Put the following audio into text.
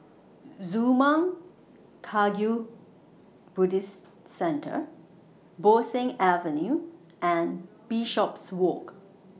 Zurmang Kagyud Buddhist Center Bo Seng Avenue and Bishopswalk